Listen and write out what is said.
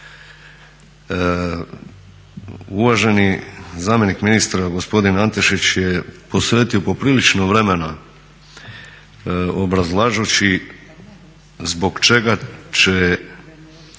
Uvaženi zamjenik ministra gospodin Antešić je posvetio poprilično vremena obrazlažući zbog čega će